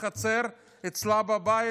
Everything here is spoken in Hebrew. בחצר אצלה בבית,